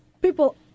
People